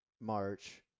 March